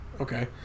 Okay